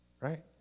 Right